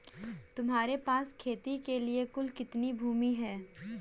तुम्हारे पास खेती के लिए कुल कितनी भूमि है?